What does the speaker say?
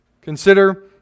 Consider